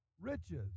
riches